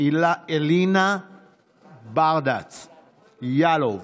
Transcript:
אלינה ברדץ' יאלוב,